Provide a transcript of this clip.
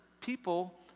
people